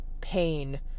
pain